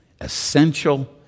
Essential